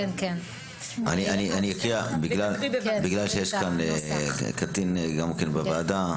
כיוון שנמצא כאן בוועדה קטין אקריא: